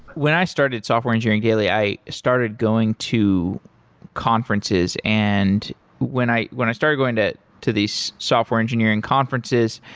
when i started software engineering daily, i started going to conferences, and when i when i started going to to these software engineering conferences,